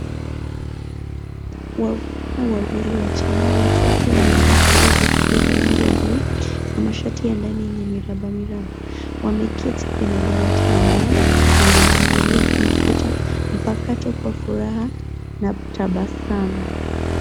Wavulana wawili wachanga wote wakiwa wamevaa sare za shule za rangi ya buluu na mashati ya ndani yenye mirabamiraba. Wameketi kwenye dawati la mbao na wanaangalia kompyuta mpakato kwa furaha na tabasamu.